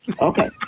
Okay